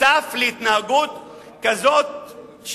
נחשף להתנהגות כזאת,